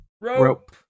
rope